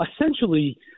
essentially